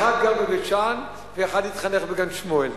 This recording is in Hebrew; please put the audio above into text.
אחד גר בבית-שאן ואחד התחנך בגן-שמואל.